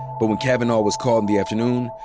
but when kavanaugh was called in the afternoon,